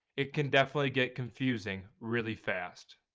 it can definitely get confusing really fast.